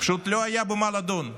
פשוט לא היה במה לדון,